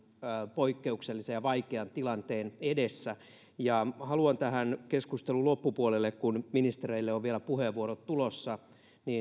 poikkeuksellisen ja vaikean tilanteen edessä haluan tähän keskustelun loppupuolelle kun ministereille on vielä puheenvuorot tulossa